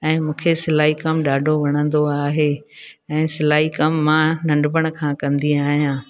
ऐं मूंखे सिलाई कमु ॾाढो वणंदो आहे ऐं सिलाई कमु मां नंढपण खां कंदी आहियां